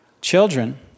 Children